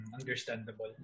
Understandable